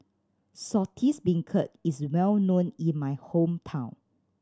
Saltish Beancurd is well known in my hometown